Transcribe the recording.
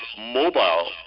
mobile